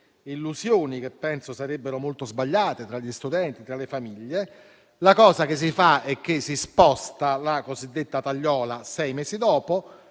illusioni che penso sarebbero molto sbagliate tra gli studenti e tra le famiglie. La cosa che si fa è spostare la cosiddetta tagliola a sei mesi dopo,